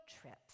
trips